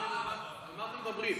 על מה אתם מדברים?